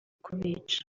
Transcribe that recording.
kubica